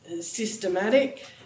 systematic